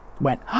went